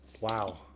Wow